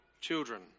children